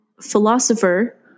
philosopher